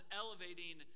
elevating